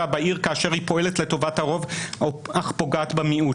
בעיר כאשר היא פועלת לטובת הרוב אך פוגעת במיעוט.